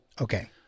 Okay